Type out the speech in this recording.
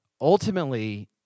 ultimately